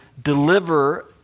deliver